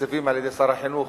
בתקציבים על-ידי שר החינוך,